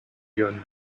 lyonne